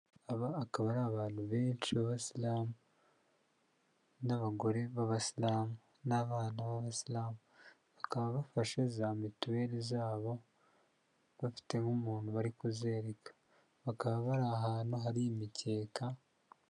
Aba akaba ari abantu benshi b'abasiramu n'abagore b'abasiramu n'abana b'abasiramu bakaba bafashe za mituweli zabo bafite n'umuntu bari kuzereka, bakaba bari ahantu hari imigeka.